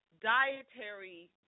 dietary